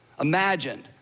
imagined